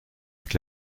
avec